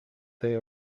they